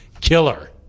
Killer